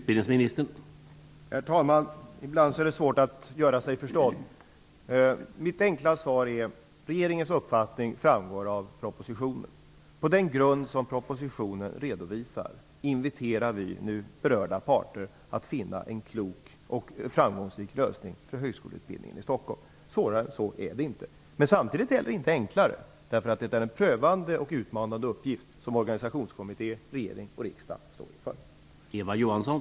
Herr talman! Ibland är det svårt att göra sig förstådd. Mitt enkla svar är: Regeringens uppfattning framgår av propositionen. På den grund som propositionen redovisar inviterar vi nu berörda parter att finna en klok och framgångsrik lösning för högskoleutbildningen i Stockholm. Svårare än så är det inte -- men samtidigt heller inte enklare, eftersom det är en prövande och utmanande uppgift som organisationskommitté, regering och riksdag står inför.